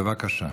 בבקשה.